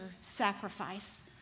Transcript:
sacrifice